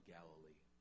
Galilee